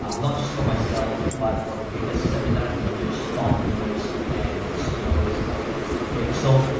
ah not just for myself, but for the biggest seminar leaders, thought leaders and speakers out there, okay. so,